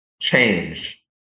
change